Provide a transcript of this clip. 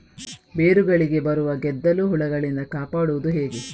ಬೇರುಗಳಿಗೆ ಬರುವ ಗೆದ್ದಲು ಹುಳಗಳಿಂದ ಕಾಪಾಡುವುದು ಹೇಗೆ?